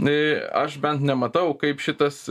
aš bent nematau kaip šitas